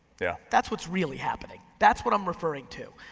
yeah that's what's really happening. that's what i'm referring to,